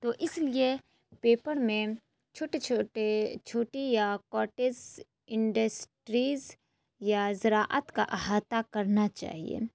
تو اس لیے پیپر میں چھوٹے چھوٹے چھوٹی یا قاٹیس انڈسٹریس یا زراعت کا احاطہ کرنا چاہیے